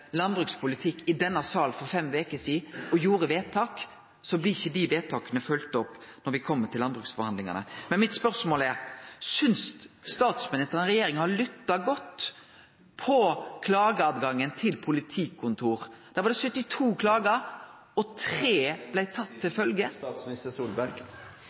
landbrukspolitikk i denne salen for fem veker sidan, ikkje blir følgde opp når me kjem til landbruksforhandlingane. Mitt spørsmål er: Synest statsministeren regjeringa har lytta godt til klagene frå politikontora? Det har vore 72 klager, og tre har blitt tatt omsyn til.